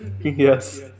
Yes